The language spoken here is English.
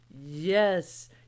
Yes